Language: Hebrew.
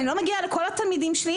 ואני לא מגיעה לכל התלמידים שלי,